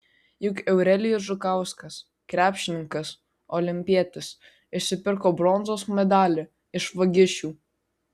juk eurelijus žukauskas krepšininkas olimpietis išsipirko bronzos medalį iš vagišių